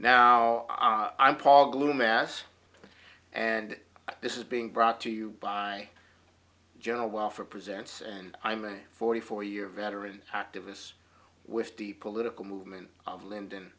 now i'm paul glue mass and this is being brought to you by general welfare presents and i'm a forty four year veteran activists with deep political movement lyndon